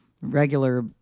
regular